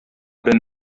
been